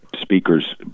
speakers